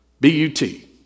B-U-T